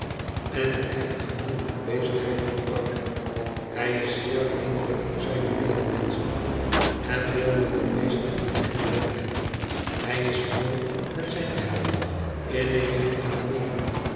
en het hem aan doel en bezigheid ontbrak hij is zeer vriendelijk voor zijne medemenschen en wil met de meesten van hen drinken hij is mild met zijn geld innemend van manieren